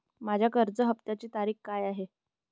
माझ्या कर्ज हफ्त्याची तारीख काय आहे?